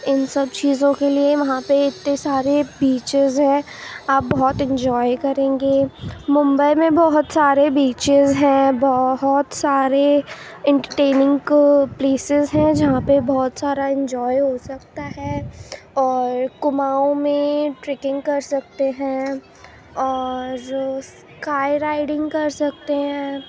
ان سب چیزوں کے لیے وہاں پہ اتے سارے بیچز ہیں آپ بہت انجوائے کریں گے ممبئی میں بہت سارے بیچز ہیں بہت سارے انٹرٹیننگ کے پلیسس ہیں جہاں پہ بہت سارا انجوائے ہو سکتا ہے اور کماؤ میں ٹریکنگ کرسکتے ہیں اور کار رائڈنگ کر سکتے ہیں